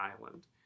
island